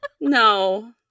No